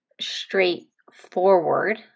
straightforward